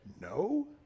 no